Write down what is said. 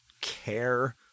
care